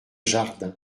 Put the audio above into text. jardin